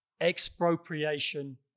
expropriation